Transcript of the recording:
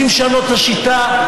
רוצים לשנות את השיטה?